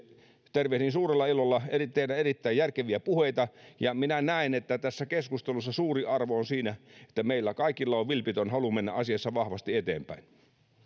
suurella ilolla teidän erittäin järkeviä puheitanne ja minä näen että tässä keskustelussa suuri arvo on siinä että meillä kaikilla on vilpitön halu mennä asiassa vahvasti eteenpäin